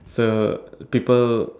so people